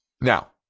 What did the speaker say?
Now